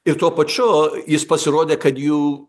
ir tuo pačiu jis pasirodė kad jų